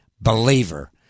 believer